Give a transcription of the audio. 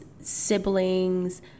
siblings